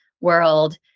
world